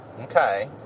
okay